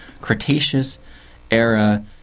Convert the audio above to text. Cretaceous-era